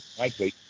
likely